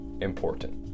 important